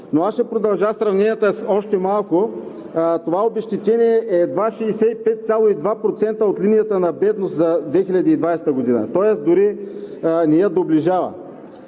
криза. Ще продължа сравненията още малко. Това обезщетение е едва 65,2% от линията на бедност за 2020 г., тоест дори не я доближава.